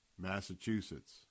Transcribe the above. Massachusetts